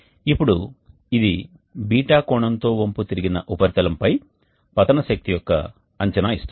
ఇప్పుడు ఇది బీటా కోణంతో వంపుతిరిగిన ఉపరితలంపై పతన శక్తి యొక్క అంచనా ఇస్తుంది